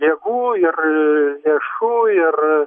jėgų ir lėšų ir